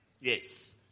Yes